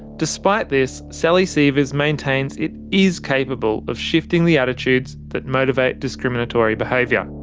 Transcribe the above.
despite this, sally sievers maintains it is capable of shifting the attitudes that motivate discriminatory behaviour.